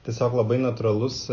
tiesiog labai natūralus